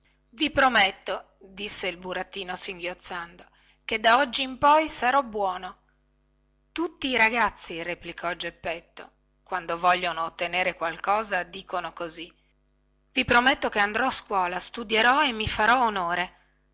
i prometto disse il burattino singhiozzando che da oggi in poi sarò buono tutti i ragazzi replicò geppetto quando vogliono ottenere qualcosa dicono così i prometto che anderò a scuola studierò e mi farò onore